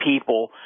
people